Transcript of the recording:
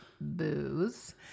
booze